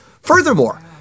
Furthermore